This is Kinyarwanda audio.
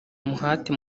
umuhate